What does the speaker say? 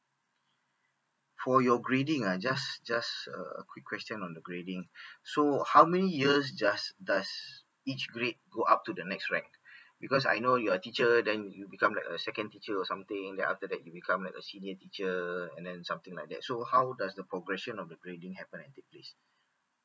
for your grading ah just just a quick question on the grading so how many years just does each grade go up to the next rank because I know you're a teacher then you become like a second teacher or something then after that you become like a senior teacher and then something like that so how does the progression of the grading happen and take place